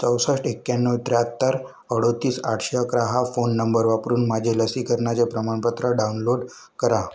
चौसष्ट एक्याण्णव त्र्याहत्तर अडतीस आठशे अकरा हा फोन नंबर वापरून माझे लसीकरणाचे प्रमाणपत्र डाउनलोड करा